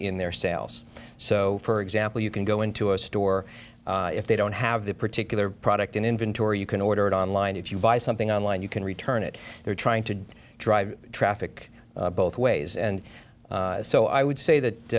in their sales so for example you can go into a store if they don't have the particular product in inventory you can order it online if you buy something online you can return it they're trying to drive traffic both ways and so i would say that